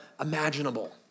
imaginable